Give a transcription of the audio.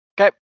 Okay